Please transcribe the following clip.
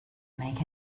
make